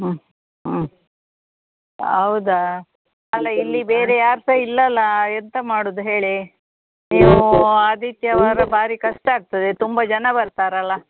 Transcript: ಹ್ಞೂ ಹ್ಞೂ ಹೌದಾ ಅಲ್ಲ ಇಲ್ಲಿ ಬೇರೆ ಯಾರು ಸಹ ಇಲ್ಲಲ ಎಂತ ಮಾಡೋದ್ ಹೇಳಿ ನೀವು ಆದಿತ್ಯವಾರ ಭಾರಿ ಕಷ್ಟ ಆಗ್ತದೆ ತುಂಬ ಜನ ಬರ್ತಾರಲ್ಲ